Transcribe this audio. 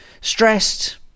stressed